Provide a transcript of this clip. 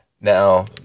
now